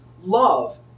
Love